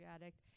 addict